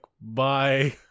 bye